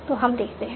तो हम देखते हैं